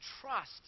trust